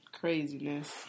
craziness